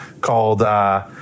called